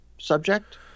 Subject